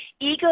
Ego